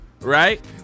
right